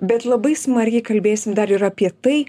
bet labai smarkiai kalbėsim dar ir apie tai